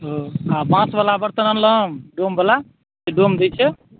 घाट वला बर्तन अनलहुँ डोमवला जे डोम दए छै